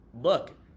Look